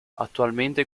attualmente